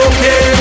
Okay